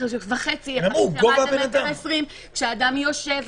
שאדם יושב,